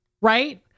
right